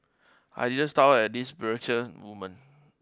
I didn't start out as this brochure woman